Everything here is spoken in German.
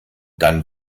dann